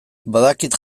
badakit